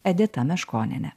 edita meškoniene